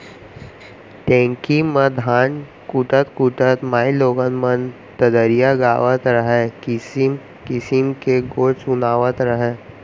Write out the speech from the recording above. ढेंकी म धान कूटत कूटत माइलोगन मन ददरिया गावत रहयँ, किसिम किसिम के गोठ सुनातव रहयँ